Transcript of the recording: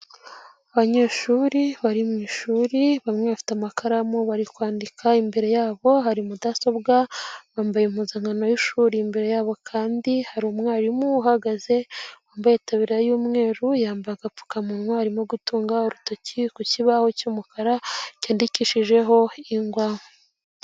Abanyeshuri bari mu ishuri, bamwe bafite amakaramu bari kwandika imbere yabo hari mudasobwa, bambaye impuzankano y'ishuri imbere yabo kandi hari umwarimu uhagaze wambaye itauriya y'umweru, yambaye agapfukamunwa arimo gutunga urutoki ku kibaho cy'umukara cyandikishijeho ingwa.